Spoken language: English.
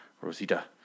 Rosita